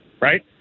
Right